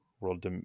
World